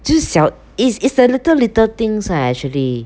就是小 is it's the little little things eh actually